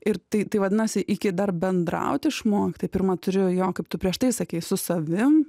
ir tai tai vadinasi iki dar bendraut išmokti pirma turiu jo kaip tu prieš tai sakei su savim